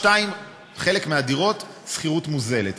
2. חלק מהדירות שכירות מוזלת.